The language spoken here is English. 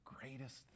greatest